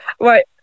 Right